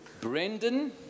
brendan